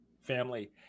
family